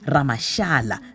Ramashala